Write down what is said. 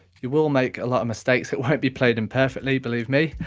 you will make a lot of mistakes. it won't be played in perfectly, believe me.